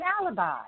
alibi